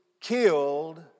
killed